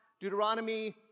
Deuteronomy